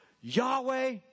Yahweh